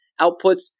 outputs